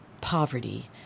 poverty